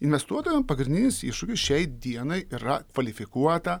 investuotojo pagrindinis iššūkis šiai dienai yra kvalifikuota